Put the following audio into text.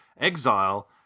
exile